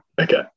okay